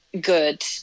good